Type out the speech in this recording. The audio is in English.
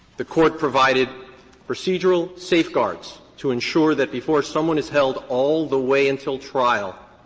the court provided procedural safeguards to ensure that before someone is held all the way until trial,